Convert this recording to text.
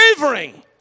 wavering